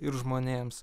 ir žmonėms